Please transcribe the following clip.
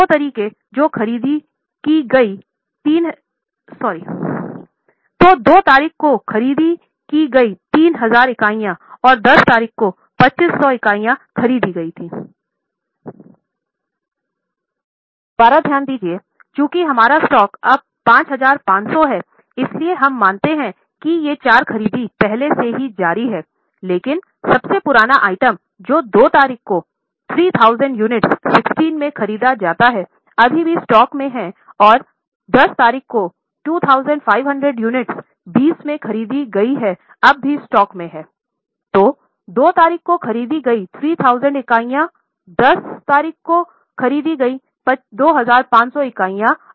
तो 2 तारीख को खरीदी गई 3000 इकाइयां और 10 तारीख को 2500 इकाइयां खरीदी गईं